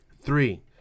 Three